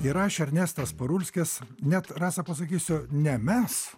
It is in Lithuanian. ir aš ernestas parulskis net rasa pasakysiu ne mes